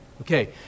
Okay